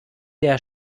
der